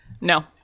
No